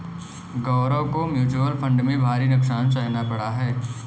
गौरव को mutual fund में भारी नुकसान सहना पड़ा